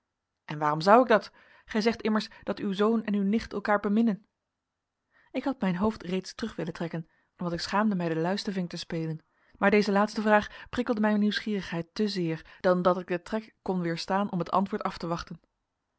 en waarom zou ik dat gij zegt immers dat uw zoon en uw nicht elkaar beminnen ik had mijn hoofd reeds terug willen trekken want ik schaamde mij den luistervink te spelen maar deze laatste vraag prikkelde mijn nieuwsgierigheid te zeer dan dat ik den trek kou weerstaan om het antwoord af te wachten